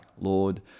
lord